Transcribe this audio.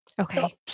Okay